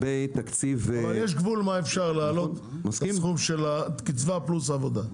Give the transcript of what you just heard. יש גבול לכמה אפשר להעלות, קצבה פלוס עבודה.